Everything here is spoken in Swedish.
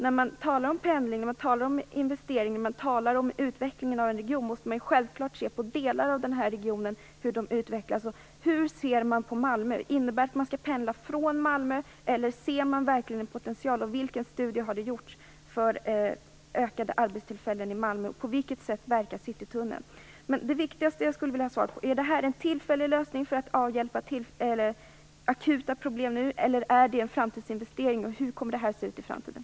När man talar om pendling, investeringar och utveckling av en region måste man självfallet se hur regionens olika delar utvecklas. Hur ser ni på Malmö? Innebär detta att man skall pendla från Malmö eller ser ni verkligen någon potential för ökade arbetstillfällen i Malmö? Vilka studier har gjorts? På vilket sätt verkar Citytunneln? Det viktigaste jag vill ha svar på är om detta är en tillfällig lösning för att avhjälpa akuta problem eller om det är en framtidsinvestering. Hur kommer det att se ut i framtiden?